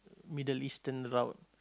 Middle Eastern route